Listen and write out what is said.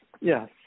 yes